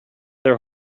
their